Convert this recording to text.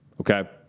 Okay